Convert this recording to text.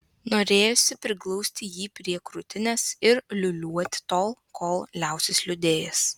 norėjosi priglausti jį prie krūtinės ir liūliuoti tol kol liausis liūdėjęs